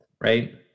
right